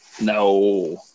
No